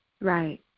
right